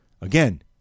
again